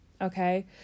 Okay